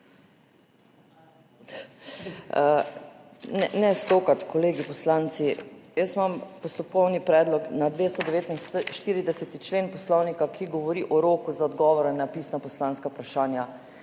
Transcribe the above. Ne stokati, kolegi poslanci. Imam postopkovni predlog na 249. člen Poslovnika, ki govori o roku za odgovore na pisna poslanska vprašanja